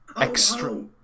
extra